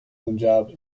punjab